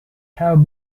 have